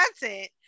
content